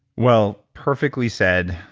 well, perfectly said,